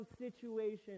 situation